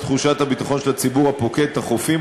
תחושת הביטחון של הציבור הפוקד את החופים,